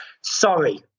sorry